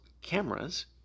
cameras